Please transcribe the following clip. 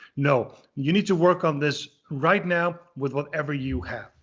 no, you need to work on this right now, with whatever you have.